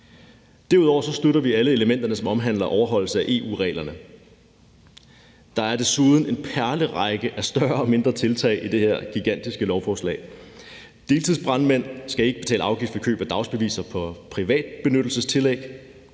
Derudover støtter vi alle elementerne, som omhandler overholdelse af EU-reglerne. Der er desuden en perlerække af større og mindre tiltag i det her gigantiske lovforslag: Deltidsbrandmænd skal ikke betale afgift ved køb af dagsbeviser på privatbenyttelsestillæg;